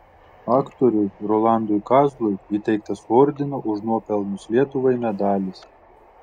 aktoriui rolandui kazlui įteiktas ordino už nuopelnus lietuvai medalis